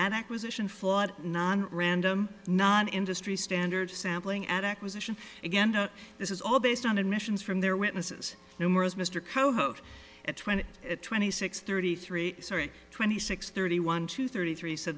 acquisition flawed nonrandom not industry standard sampling at acquisition again this is all based on admissions from their witnesses numerous mr co host at twenty twenty six thirty three sorry twenty six thirty one to thirty three s